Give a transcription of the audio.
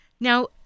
Now